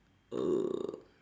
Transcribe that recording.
uh